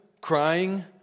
crying